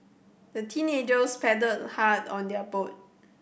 the teenagers paddled hard on their boat